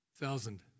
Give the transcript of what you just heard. Thousand